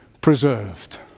preserved